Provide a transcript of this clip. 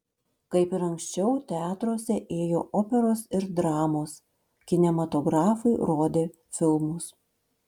kaip ir anksčiau teatruose ėjo operos ir dramos kinematografai rodė filmus